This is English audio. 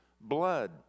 blood